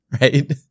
right